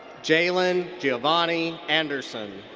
jaelen giovanni anderson.